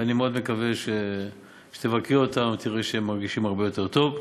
ואני מאוד מקווה שכשתבקרי אותם את תראי שהם מרגישים הרבה יותר טוב.